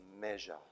measure